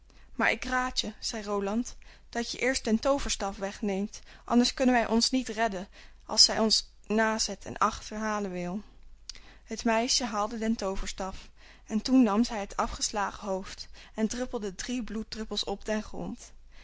maar ik raad je zei roland dat je eerst den tooverstaf wegneemt anders kunnen wij ons niet redden als zij ons nazet en achterhalen wil het meisje haalde den tooverstaf en toen nam zij het afgeslagen hoofd en druppelde drie bloeddruppels op den grond